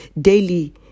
daily